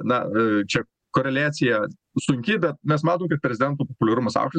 na čia koreliacija sunki bet mes matom kad prezidento populiarumas aukštas